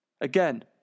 Again